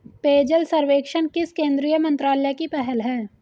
पेयजल सर्वेक्षण किस केंद्रीय मंत्रालय की पहल है?